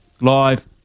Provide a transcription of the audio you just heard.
live